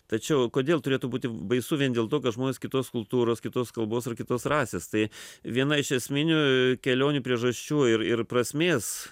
tačiau kodėl turėtų būti baisu vien dėl to kad žmonės kitos kultūros kitos kalbos ar kitos rasės tai viena iš esminių kelionių priežasčių ir ir prasmės